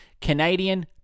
Canadian